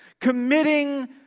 Committing